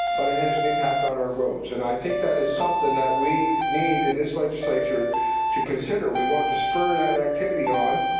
but it has an impact on our roads. and i think that is something that we need in this legislature to consider. we want to spur that activity on,